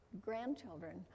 grandchildren